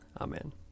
Amen